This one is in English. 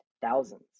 thousands